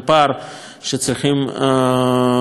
שצריכים להשלים.